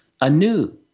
anew